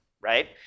right